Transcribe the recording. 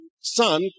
son